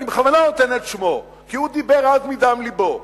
אני בכוונה נותן את שמו, כי הוא דיבר אז מדם לבו,